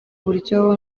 buryo